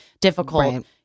difficult